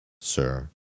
sir